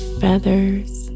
feather's